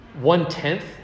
one-tenth